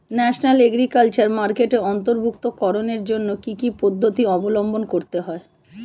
National agriculture মার্কেটে অন্তর্ভুক্তিকরণের জন্য কি কি পদ্ধতি অবলম্বন করতে হয়?